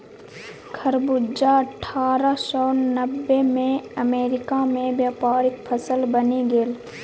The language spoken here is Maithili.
खरबूजा अट्ठारह सौ नब्बेमे अमेरिकामे व्यापारिक फसल बनि गेल